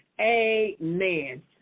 Amen